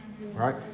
Right